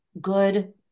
good